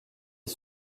est